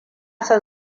son